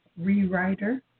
rewriter